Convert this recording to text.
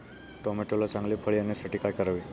टोमॅटोला चांगले फळ येण्यासाठी काय करावे?